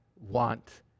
want